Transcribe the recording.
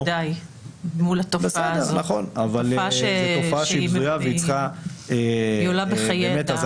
זו תופעה שעולה בחיי אדם.